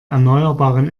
erneuerbaren